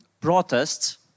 protests